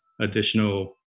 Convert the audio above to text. additional